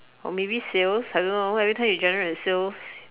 or maybe sales I don't know everytime you generate the sales